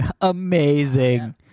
Amazing